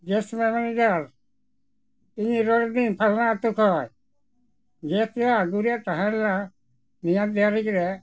gas manager ᱤᱧ ᱨᱚᱲ ᱫᱟᱹᱧ ᱯᱷᱟᱞᱱᱟ ᱟᱛᱳ ᱠᱷᱚᱱ ᱜᱮᱥ ᱨᱮᱱᱟᱜ ᱟᱹᱜᱩ ᱨᱮᱱᱟᱜ ᱛᱟᱦᱮᱸ ᱞᱮᱱᱟ ᱱᱤᱭᱟᱹ ᱛᱟᱨᱤᱠᱷ ᱨᱮ